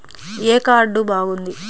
ఏ card బాగుంది?